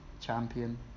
champion